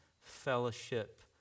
fellowship